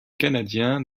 canadiens